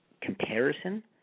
comparison